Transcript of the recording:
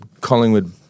Collingwood